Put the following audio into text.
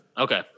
Okay